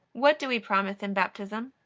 what do we promise in baptism?